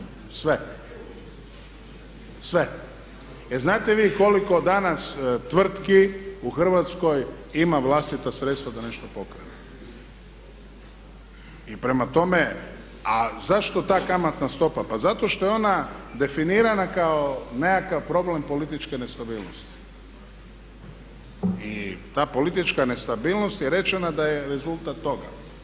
Jer znate vi koliko danas tvrtki u Hrvatskoj ima vlastita sredstva da nešto popravi i prema tome, a zašto ta kamatna stopa, pa zato što je ona definirana kao nekakav problem političke nestabilnosti i ta politička nestabilnost je rečena da je rezultat toga.